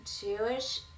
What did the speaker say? Jewish